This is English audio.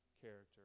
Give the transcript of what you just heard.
character